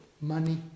money